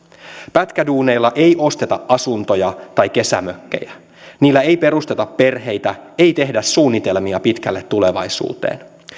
pätkäduuneilla ei osteta asuntoja tai kesämökkejä niillä ei perusteta perheitä ei tehdä suunnitelmia pitkälle tulevaisuuteen